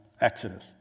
exodus